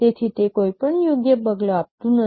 તેથી તે કોઈપણ યોગ્ય પગલા આપતું નથી